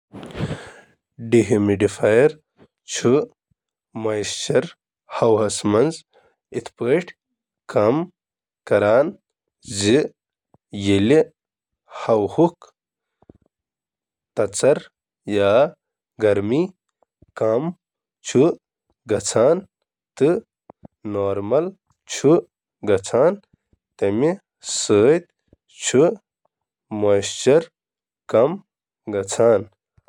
humidifier نمی چُھ ہوہُک نمی کم کرنس منز مدد کران ییلہِ ہوا ہنز گرمی کم گژھان چُھ یمہِ سٕتۍ عام نمی منز مدد چُھ گژھان